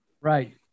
right